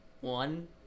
One